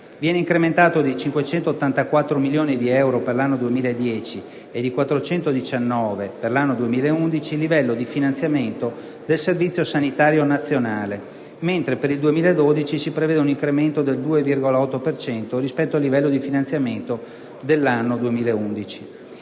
Viene incrementato di 584 milioni di euro per l'anno 2010 e di 419 milioni di euro per l'anno 2011 il livello di finanziamento del Servizio sanitario nazionale, mentre per l'anno 2012 si prevede un incremento del 2,8 per cento rispetto al livello di finanziamento relativo all'anno 2011.